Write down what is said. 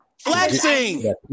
Flexing